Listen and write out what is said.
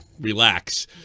Relax